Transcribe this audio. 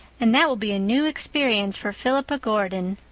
and that will be a new experience for philippa gordon.